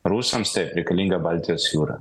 rusams taip reikalinga baltijos jūra